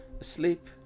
asleep